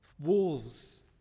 Wolves